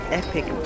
epic